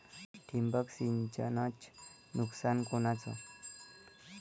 ठिबक सिंचनचं नुकसान कोनचं?